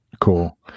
Cool